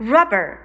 Rubber，